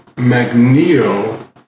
Magneto